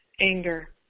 anger